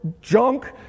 junk